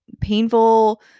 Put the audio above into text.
painful